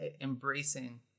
embracing